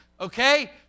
okay